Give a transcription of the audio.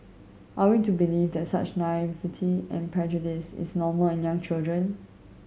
are we to believe that such naivety and prejudice is normal in young children